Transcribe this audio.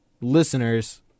listeners